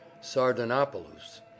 Sardanapalus